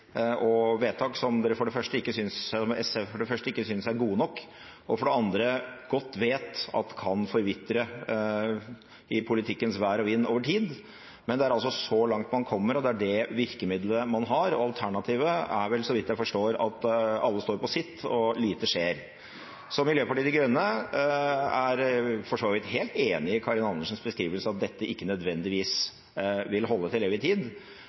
og vedtak som de for det første ikke synes er gode nok, og for det andre godt vet at kan forvitre i politikkens vær og vind over tid. Men det er altså så langt man kommer, og det er det virkemidlet man har, og alternativet er, så vidt jeg forstår, at alle står på sitt og lite skjer. Miljøpartiet De Grønne er for så vidt helt enig i Karin Andersens beskrivelse, at dette ikke nødvendigvis vil holde til evig tid. Men vår tilnærming til det er selvfølgelig at vi skal forbedre det, ikke at det skal gå i